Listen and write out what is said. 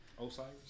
Osiris